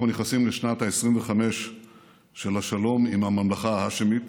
אנחנו נכנסים לשנת ה-25 של השלום עם הממלכה ההאשמית,